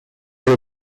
are